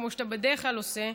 כמו שאתה בדרך כלל עושה,